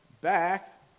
back